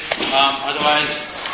otherwise